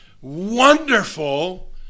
wonderful